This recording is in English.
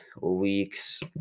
week's